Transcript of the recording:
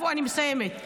אני מסיימת.